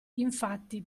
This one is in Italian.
infatti